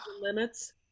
limits